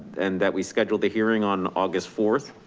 and that we scheduled a hearing on august fourth.